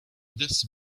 this